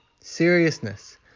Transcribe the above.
seriousness